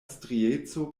strieco